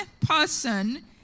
person